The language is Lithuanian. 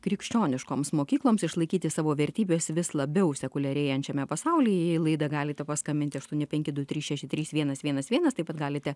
krikščioniškoms mokykloms išlaikyti savo vertybes vis labiau sekuliarėjančiame pasaulyje į laidą galite paskambinti aštuoni penki du trys šeši trys vienas vienas vienas taip pat galite